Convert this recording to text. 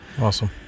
Awesome